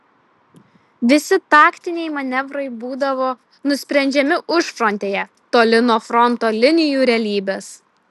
visi taktiniai manevrai būdavo nusprendžiami užfrontėje toli nuo fronto linijų realybės